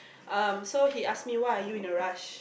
um so he ask me why are you in a rush